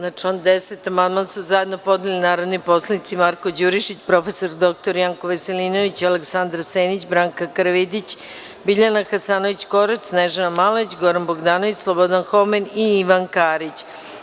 Na član 10. amandman su zajedno podneli narodni poslanici Marko Đurišić, prof. dr Janko Veselinović, Aleksandra Senić, Branka Karavidić, Biljana Hasanović Korać, Snežana Malović, Goran Bogdanović, Slobodan Homen i Ivan Karić.